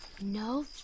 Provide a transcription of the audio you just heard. No